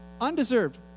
Undeserved